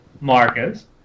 Marcus